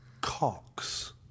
Cox